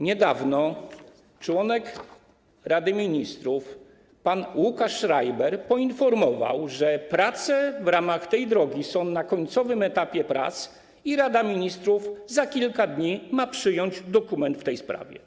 Niedawno członek Rady Ministrów pan Łukasz Schreiber poinformował, że prace w ramach tej drogi są na końcowym etapie i Rada Ministrów za kilka dni ma przyjąć dokument w tej sprawie.